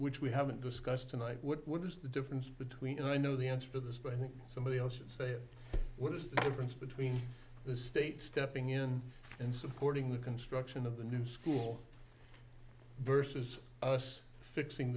which we haven't discussed tonight what is the difference between and i know the answer for this but i think somebody else should say what is the difference between the state stepping in and supporting the construction of the new school versus us fixing